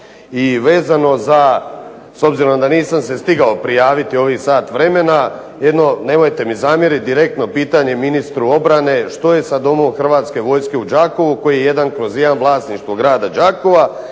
I vezano za s obzirom da se nisam stigao prijaviti u ovih sat vremena, jedno nemojte mi zamjeriti direktno pitanje ministru obrane. Što je sa Domom hrvatske vojske u Đakovu koji je jedan kroz jedan vlasništvo grada Đakova